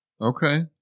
okay